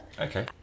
Okay